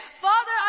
Father